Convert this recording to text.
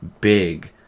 big